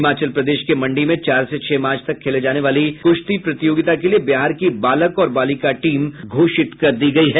हिमाचल प्रदेश के मंडी में चार से छह मार्च तक खेले जाने वाली कृश्ती प्रतियोगिता के लिए बिहार की बालक और बालिका टीम घोषित कर दी गयी है